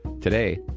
Today